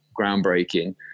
groundbreaking